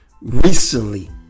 recently